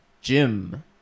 Jim